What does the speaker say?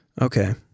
Okay